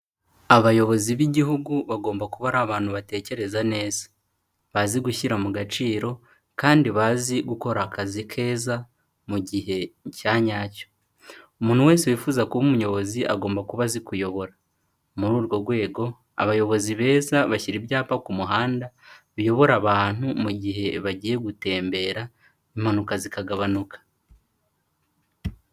Abayobozi b'igihugu bagomba kuba ari abantu batekereza neza, bazi gushyira mu gaciro kandi bazi gukora akazi keza mu gihe cya nyacyo. Umuntu wese wifuza kuba umuyobozi agomba kuba azikuyobora, muri urwo rwego abayobozi beza bashyira ibyapa ku muhanda biyobora abantu mu gihe bagiye gutembera impanuka zikagabanuka.